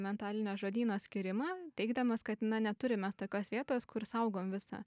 mentalinio žodyno atskyrimą teigdamas kad na neturim mes tokios vietos kur saugom visą